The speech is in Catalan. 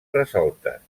resoltes